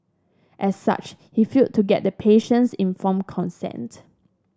as such he failed to get the patient's informed consent